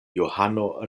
johano